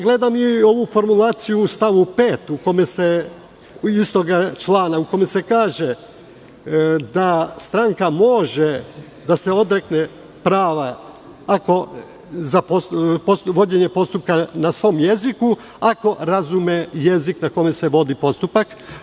Gledam i ovu formulaciju u stavu 5. istog člana, gde se kaže da stranka može da se odrekne prava za vođenje postupka na svom jeziku, ako razume jezik na kome se vodi postupak.